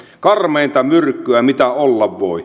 karmeinta myrkkyä mitä olla voi